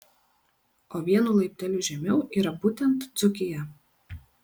o vienu laipteliu žemiau yra būtent dzūkija